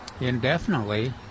indefinitely